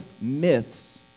myths